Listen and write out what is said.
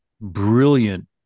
brilliant